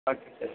okay sir